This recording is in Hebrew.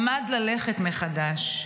למד ללכת מחדש.